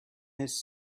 his